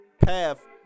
path